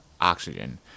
oxygen